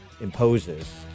imposes